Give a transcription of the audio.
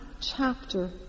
chapter